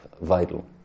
vital